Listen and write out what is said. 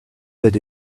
that